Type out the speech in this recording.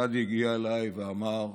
גדי הגיע אליי ואמר: